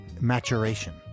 maturation